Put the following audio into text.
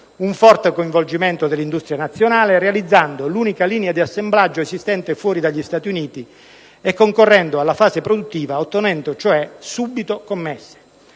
un forte coinvolgimento dell'industria nazionale, realizzando l'unica linea di assemblaggio esistente fuori dagli Stati Uniti e concorrendo alla fase produttiva, ottenendo cioè subito commesse.